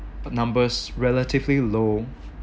the numbers relatively low